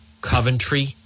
Coventry